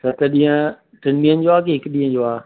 सत ॾींहं टिनि ॾींहंनि जो आ की हिकु ॾींहं जो आहे